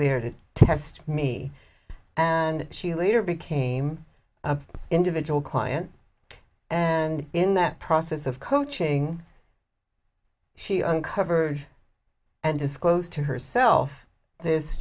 there to test me and she later became individual client and in that process of coaching she uncovered and disclosed to herself this